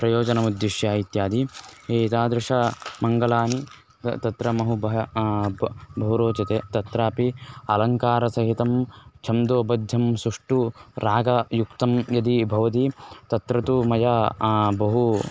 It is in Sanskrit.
प्रयोजनमुद्दिश्य इत्यादि एतादृशानि मङ्गलानि तत्र बहु बहु बहु रोचते तत्रापि अलङ्कारसहितं छन्दोबद्ध्यं सुष्ठुः रागयुक्तं यदि भवति तत्र तु मया बहु